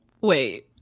Wait